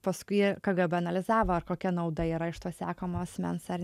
paskui kgb analizavo ar kokia nauda yra iš to sekamo asmens ar